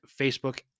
Facebook